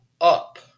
up